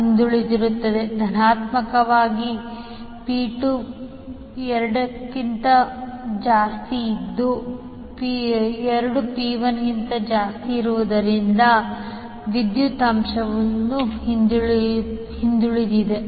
9689lagging ಧನಾತ್ಮಕ ಅಥವಾ 𝑃2 2 𝑃1 ಆಗಿರುವುದರಿಂದ ವಿದ್ಯುತ್ ಅಂಶವು ಹಿಂದುಳಿದಿದೆ